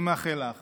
אני מאחל לך